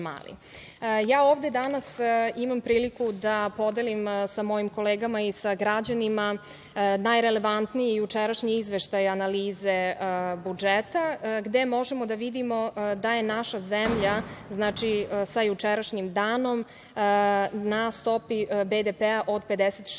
Mali. Ovde danas imam priliku da podelim sa mojim kolegama i sa građanima najrelevantniji jučerašnji izveštaj analize budžeta, gde možemo da vidimo da je naša zemlja sa jučerašnjim danom na stopi BDP od 56,8%.